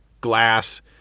glass